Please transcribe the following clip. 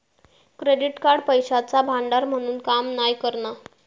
credit card पैशाचा भांडार म्हणून काम नाय करणा